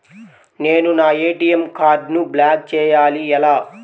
నేను నా ఏ.టీ.ఎం కార్డ్ను బ్లాక్ చేయాలి ఎలా?